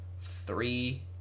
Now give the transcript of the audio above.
three